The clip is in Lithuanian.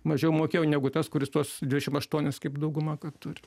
mažiau mokėjo negu tas kuris tuos dvidešimt aštuonis kaip dauguma kad turi